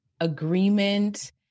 agreement